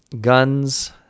guns